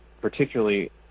particularly